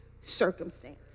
circumstance